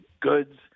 goods